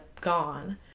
gone